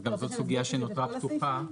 אז גם זאת סוגיה שנותרה פותחה.